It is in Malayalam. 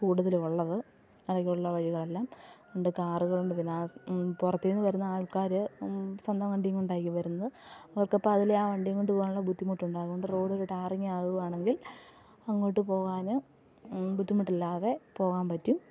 കൂടുതലും ഉള്ളത് ഇടയ്ക്ക് ഉള്ള വഴികളെല്ലാം രണ്ട് കാറുകളുണ്ട് പിന്നെ പുറത്തുനിന്ന് വരുന്ന ആൾക്കാർ സ്വന്തം വണ്ടിയും കൊണ്ടായിരിക്കും വരുന്നത് അവർക്കപ്പം അതിലെ ആ വണ്ടി കൊണ്ട് പോകാനുള്ള ബുദ്ധിമുട്ടുണ്ടാകും അതുകൊണ്ട് റോഡൊരു ടാറിങ് ആകുകയാണെങ്കിൽ അങ്ങോട്ട് പോവാനും ബുദ്ധിമുട്ടില്ലാതെ പോകാൻ പറ്റും